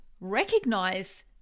recognize